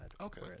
Okay